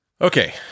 okay